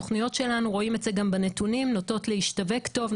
תוכניות שלנו רואים את זה גם בנתונים נוטות להשתווק טוב,